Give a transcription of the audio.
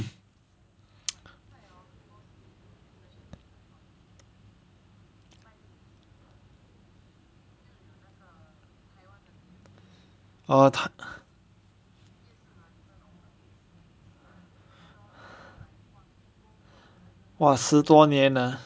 orh !wah! 十多年 ah